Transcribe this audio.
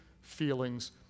feelings